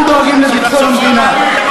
וגם דואגים לביטחון המדינה,